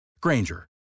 Granger